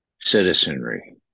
citizenry